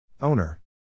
Owner